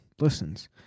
listens